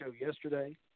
yesterday